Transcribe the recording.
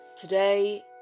Today